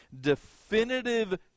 definitive